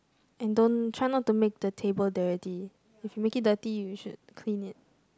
and don't try not to make the table dirty if you make it dirty you should clean it